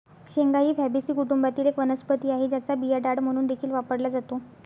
शेंगा ही फॅबीसी कुटुंबातील एक वनस्पती आहे, ज्याचा बिया डाळ म्हणून देखील वापरला जातो